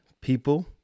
people